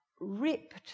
ripped